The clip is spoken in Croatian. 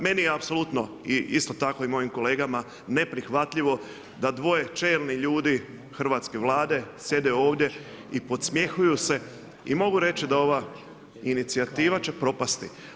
Meni je apsolutno i isto tako i mojim kolegama neprihvatljivo da dvoje čelnih ljudi hrvatske Vlade sjede ovdje i podsmjehuju se i mogu reći da ova inicijativa će propasti.